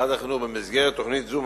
משרד החינוך במסגרת תוכנית זו,